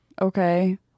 Okay